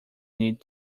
need